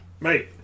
Mate